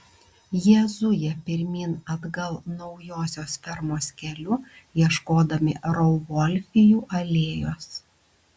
jie zuja pirmyn atgal naujosios fermos keliu ieškodami rauvolfijų alėjos